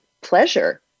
pleasure